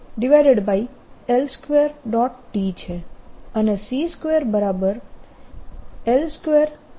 T છે અને c2L2T 2 છે